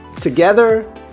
Together